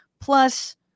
plus